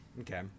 Okay